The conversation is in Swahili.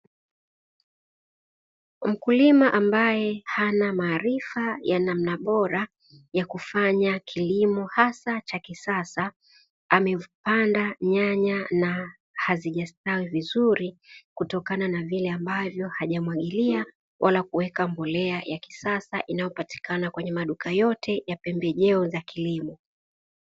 Mkulima ambaye hana maarifa ya namna bora ya kufanya kilimo hasa cha kisasa amepanda nyanya na hazijastawi vizuri kutokana na vile ambavyo hajamwagilia wala kuweka mbolea ya kisasa inayopatikana kwenye maduka yote ya pembejeo za kilimo.